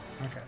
Okay